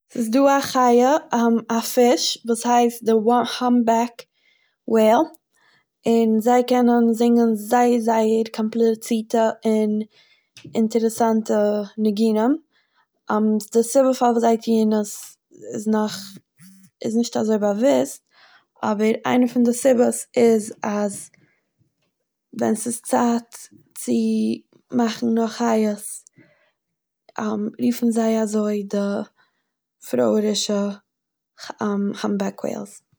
ס'דא א חי' א פיש וואס הייסט די האמבאק וועיל און זיי קענען זינגען זייער זייער קאמפלאצירטע און אינטערעסאנטע ניגונים די סיבה פארוואס זיי טוהן עס איז נאך איז נישט אזוי באוואוסט אבער איינער פון די סיבות איז אז ווען ס'איז צייט צו מאכן נאך חיות רופן זיי אזוי די פרויערישע האמבאק וועילס.